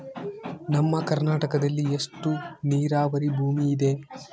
ನಮ್ಮ ಕರ್ನಾಟಕದಲ್ಲಿ ಎಷ್ಟು ನೇರಾವರಿ ಭೂಮಿ ಇದೆ?